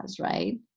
right